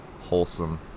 wholesome